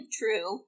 true